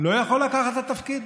לא יכול לקחת את התפקיד?